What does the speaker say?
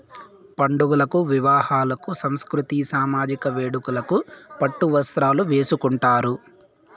పండుగలకు వివాహాలకు సాంస్కృతిక సామజిక వేడుకలకు పట్టు వస్త్రాలు వేసుకుంటారు